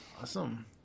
Awesome